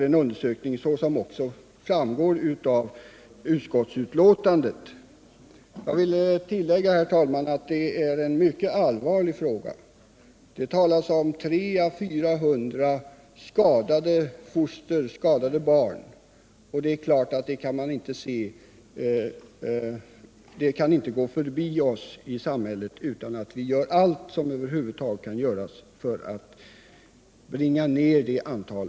En undersökning pågår, såsom också anförts i utskottsbetänkandet. Jag vill tillägga att denna fråga är mycket allvarlig. Det talas om 300 å 400 skadade foster och barn, och naturligtvis kan sådant inte få passera i vårt samhälle utan att vi gör allt som över huvud taget kan göras för att nedbringa detta antal.